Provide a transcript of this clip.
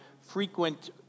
frequent